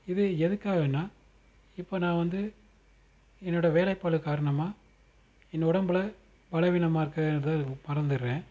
இது எதுக்காகன்னால் இப்போ நான் வந்து என்னோடய வேலைப்பளு காரணமாக என் உடம்புல பலவீனமாக இருக்குது என்பதை மறந்துடுறேன்